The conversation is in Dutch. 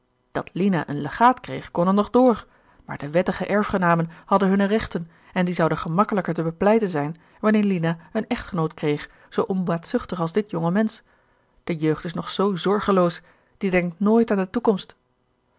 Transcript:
dat lina een legaat kreeg kon er nog door maar de wettige erfgenamen hadden hunne rechten en die zouden gemakkelijker te bepleiten zijn wanneer lina een echtgenoot kreeg zoo onbaatzuchtig als dit jonge mensch de jeugd is nog zoo zorgeloos die denkt nooit aan de toekomst